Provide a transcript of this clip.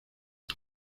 con